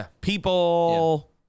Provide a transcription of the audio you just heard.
people